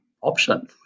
option